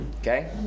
okay